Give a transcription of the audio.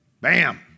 Bam